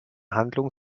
handlung